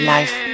Life